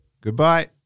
Goodbye